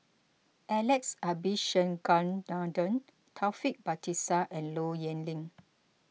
Alex Abisheganaden Taufik Batisah and Low Yen Ling